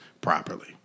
properly